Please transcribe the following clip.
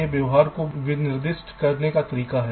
ये व्यवहार को निर्दिष्ट करने के तरीके हैं